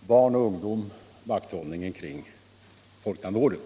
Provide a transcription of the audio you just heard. barn och ungdom och vakthållningen kring folktandvården.